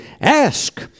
Ask